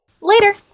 Later